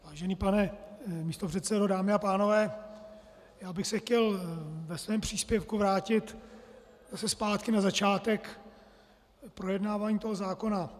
Vážený pane místopředsedo, dámy a pánové, já bych se chtěl ve svém příspěvku vrátit zase zpátky na začátek projednávání zákona.